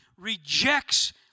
rejects